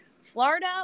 Florida